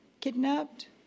kidnapped